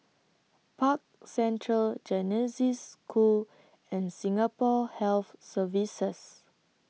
Park Central Genesis School and Singapore Health Services